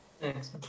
Thanks